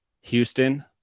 Houston